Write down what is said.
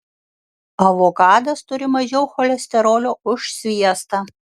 avokadas turi mažiau cholesterolio už sviestą